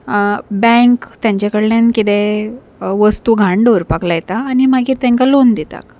bank तेंचे कडल्यान कितेंय वस्तू घाण दवरपाक लायता आनी मागीर तेंकां लोन दितात